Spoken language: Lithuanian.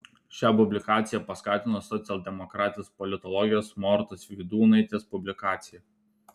šią publikaciją paskatino socialdemokratės politologės mortos vydūnaitės publikacija